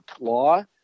law